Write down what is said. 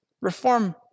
Reform